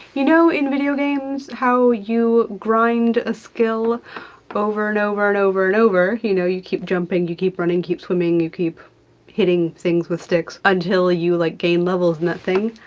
you know, in video games, how you grind a skill over and over and over and over? you know, you keep jumping, you keep running, you keep swimming, you keep hitting things with sticks until you like gain levels in that thing.